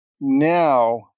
now